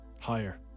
Higher